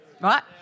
Right